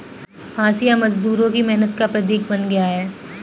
हँसिया मजदूरों की मेहनत का प्रतीक बन गया है